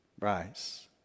Rise